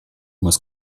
muss